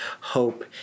hope